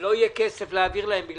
ולא יהיה כסף להעביר להם כי